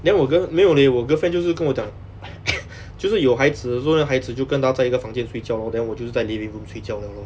then 我 girlfriend 没有 leh 我 girlfriend 就是跟我讲 就是有孩子的时候那孩子就跟她在一个房间睡觉 lor then 我就是在 living room 睡觉 liao lor